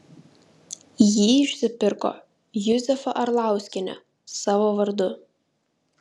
jį išsipirko juzefa arlauskienė savo vardu